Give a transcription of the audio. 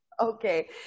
Okay